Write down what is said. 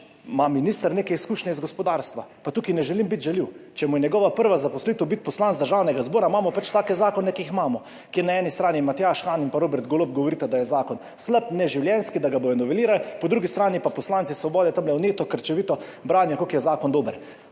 ima minister neke izkušnje iz gospodarstva, pa tukaj ne želim biti žaljiv, če mu je njegova prva zaposlitev biti poslanec Državnega zbora imamo take zakone, ki jih imamo, kjer na eni strani Matjaž Han in Robert Golob govorita, da je zakon slab, neživljenjski, da ga bodo novelirali, po drugi strani pa Poslanci Svobode tamle vneto, krčevito branijo, kako je zakon dober.